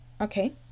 Okay